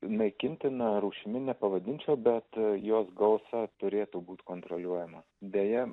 naikintina rūšimi nepavadinčiau bet jos gausa turėtų būti kontroliuojama deja